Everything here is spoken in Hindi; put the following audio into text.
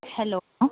हैलो हाँ